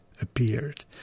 appeared